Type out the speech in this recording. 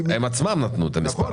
הם עצמם נתנו את המספר הזה.